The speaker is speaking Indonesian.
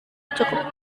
cukup